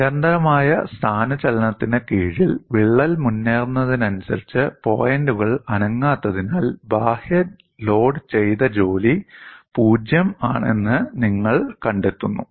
നിരന്തരമായ സ്ഥാനചലനത്തിന് കീഴിൽ വിള്ളൽ മുന്നേറുന്നതിനനുസരിച്ച് പോയിന്റുകൾ അനങ്ങാത്തതിനാൽ ബാഹ്യ ലോഡ് ചെയ്ത ജോലി '0' ആണെന്ന് നിങ്ങൾ കണ്ടെത്തുന്നു